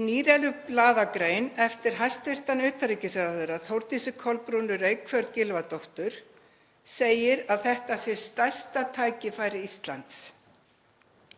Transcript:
Í nýlegri blaðagrein eftir hæstv. utanríkisráðherra, Þórdísi Kolbrúnu Reykfjörð Gylfadóttur, segir að þetta sé stærsta tækifæri Íslands